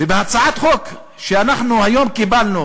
ובהצעת החוק שאנחנו קיבלנו היום,